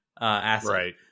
asset